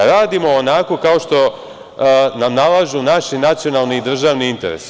Radimo onako kao što nam nalažu naši nacionalni i državni interes.